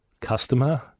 customer